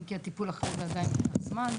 אם כי הטיפול אחרי זה עדיין לוקח זמן,